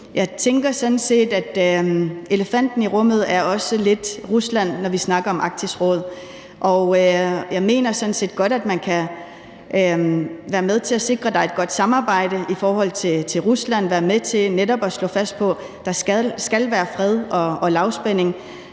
Jeg tænker sådan set, at elefanten i rummet også lidt er Rusland, når vi snakker om Arktisk Råd. Jeg mener sådan set godt, at man kan være med til at sikre, at der er et godt samarbejde i forhold til Rusland, og være med til netop at stå fast på, at der skal være fred og lavspænding.